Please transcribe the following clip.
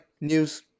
news